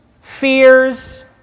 fears